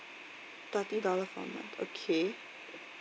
thirty dollars for a month okay